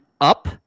up